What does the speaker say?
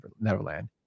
Neverland